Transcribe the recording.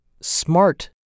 smart